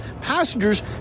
passengers